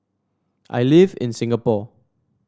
I live in Singapore